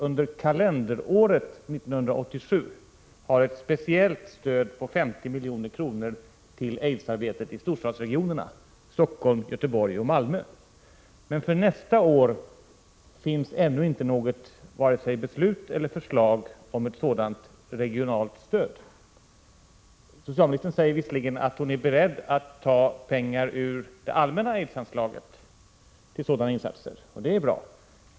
Under kalenderåret 1987 utges ett speciellt stöd på 50 milj.kr., till aidsarbetet i storstadsregionerna Stockholm, Göteborg och Malmö. Men för nästa år finns ännu inte vare sig förslag eller beslut om något sådant regionalt stöd. Socialministern säger visserligen att hon är beredd att ta pengar ur det allmänna aidsanslaget till sådana insatser, och det är bra.